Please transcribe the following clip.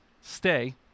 Stay